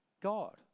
God